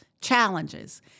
challenges